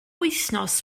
wythnos